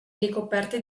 ricoperte